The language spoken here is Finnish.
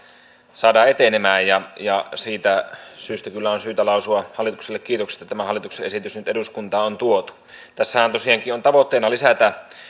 saadaan etenemään ja ja siitä syystä kyllä on syytä lausua hallitukselle kiitokset että tämä hallituksen esitys nyt eduskuntaan on tuotu tässähän tosiaankin on tavoitteena lisätä